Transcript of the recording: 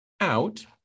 out